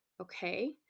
Okay